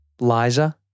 Liza